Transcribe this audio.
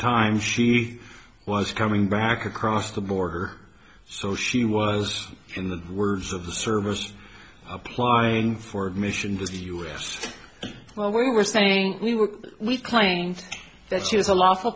time she was coming back across the border so she was in the words of the service applying for admission to the us well we were staying we were we claimed that she was a l